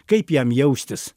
kaip jam jaustis